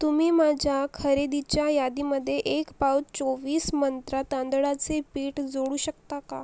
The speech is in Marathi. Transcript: तुम्ही माझ्या खरेदीच्या यादीमध्ये एक पाव चोवीस मंत्रा तांदळाचे पीठ जोडू शकता का